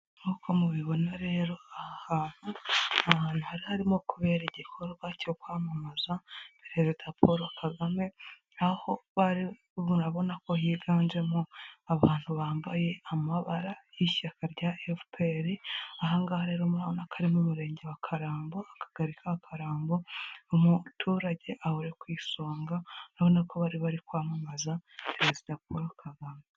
Nk'uko mubibona rero aha hantu hari harimo kubera igikorwa cyo kwamamaza perezida Paul KAGAME, aho murabona ko higanjemo abantu bambaye amabara y'ishyaka rya FPR ahangaha ruma n'akari mu murenge wa karambo akagari ka karambo umuturage aho ku isonga abona ko bari bari kwamamaza perezida Paul KAGAME.